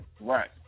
right